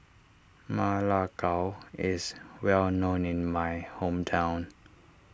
Ma Lai Gao is well known in my hometown